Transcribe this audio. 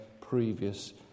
previous